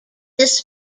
this